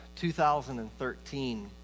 2013